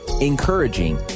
encouraging